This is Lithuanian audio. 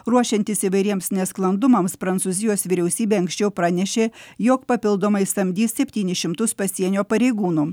ruošiantis įvairiems nesklandumams prancūzijos vyriausybė anksčiau pranešė jog papildomai samdys septynis šimtus pasienio pareigūnų